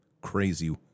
crazy